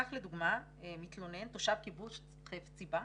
כך לדוגמה, מתלונן, תושב קיבוץ חפציבה,